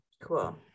Cool